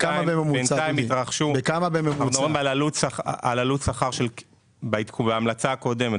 אנחנו מדברים על עלות שכר בהמלצה הקודמת,